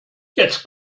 jetzt